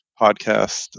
podcast